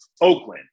Oakland